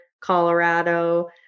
Colorado